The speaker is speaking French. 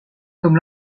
comme